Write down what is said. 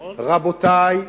רבותי,